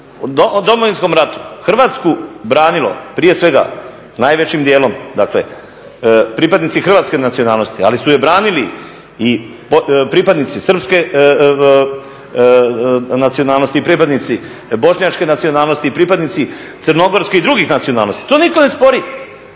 u Domovinskom ratu Hrvatsku branilo prije svega najvećim dijelom pripadnici hrvatske nacionalnosti, ali su je branili i pripadnici srpske nacionalnosti i pripadnici bošnjačke nacionalnosti i pripadnici crnogorske i drugih nacionalnosti to nitko ne spori.